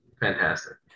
fantastic